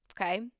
Okay